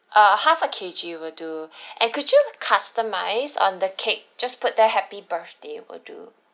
uh half a kg will do and could you customise on the cake just put there happy birthday will do